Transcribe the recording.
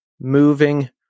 moving